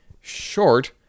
short